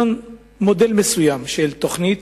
מודל מסוים של תוכנית